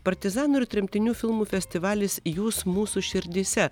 partizanų ir tremtinių filmų festivalis jūs mūsų širdyse